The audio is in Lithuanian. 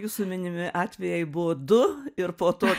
jūsų minimi atvejai buvo du ir po to